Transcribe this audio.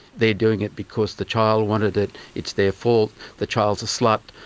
they are doing it because the child wanted it, it's their fault, the child is a slut,